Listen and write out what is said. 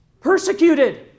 Persecuted